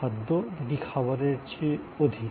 খাদ্য না কি খাবারের চেয়ে বেশি কিছু